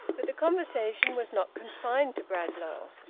but the conversation was not confined to bradlaugh,